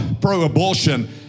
pro-abortion